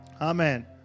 Amen